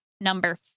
number